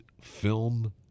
film